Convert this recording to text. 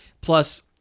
Plus